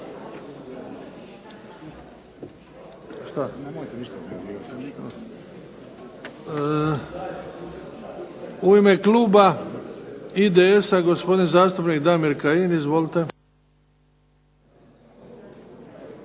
U ime kluba IDS-a gospodin zastupnik Damir Kajin. Izvolite.